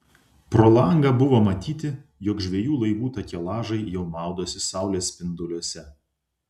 pro langą buvo matyti jog žvejų laivų takelažai jau maudosi saulės spinduliuose